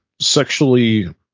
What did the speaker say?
sexually –